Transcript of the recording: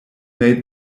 made